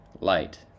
Light